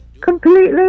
Completely